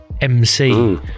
MC